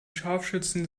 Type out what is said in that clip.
scharfschützen